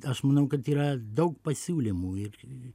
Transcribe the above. aš manau kad yra daug pasiūlymų ir